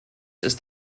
ist